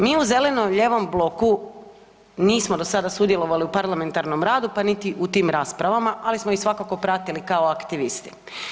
Mi u zeleno-lijevom bloku nismo do sada sudjelovali u parlamentarnom radu pa niti u tim raspravama, ali smo ih svakako pratili kao aktivisti.